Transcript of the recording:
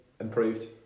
improved